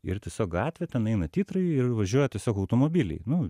ir tiesiog gatvė ten eina titrai ir važiuoja tiesiog automobiliai nu